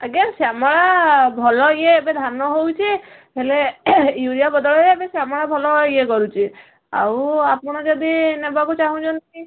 ଆଜ୍ଞା ଶ୍ୟାମଳା ଭଲ ଇଏ ଏବେ ଧାନ ହେଉଛି ହେଲେ ୟୁରିଆ ବଦଳରେ ଏବେ ଶ୍ୟାମଳା ଭଲ ଇଏ କରୁଛି ଆଉ ଆପଣ ଯଦି ନେବାକୁ ଚାହୁଛନ୍ତି